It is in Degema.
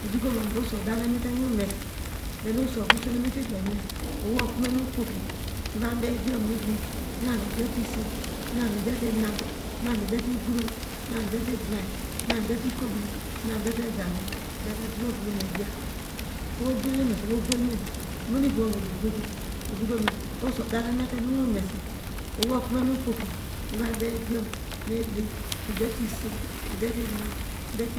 Me dokoma oso oderemete miewei omesi do oso krosw nemite idiom owei okome nu okpoki miva de idiom midi mina midete isen mina midete isen mina midete inm midete iboro medete iblayi midete owei obedene mosi owei ogbelma imo nu ivom wo mo diomakom oso oderemate miwei omesi meyan okpoki meva de idiom midi medete isen inam